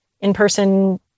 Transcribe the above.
in-person